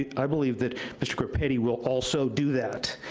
i believe that mr. groppetti will also do that.